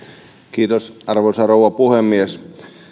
kiitos arvoisa rouva puhemies